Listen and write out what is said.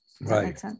Right